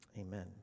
amen